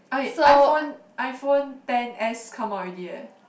I iPhone iPhone ten S come out already eh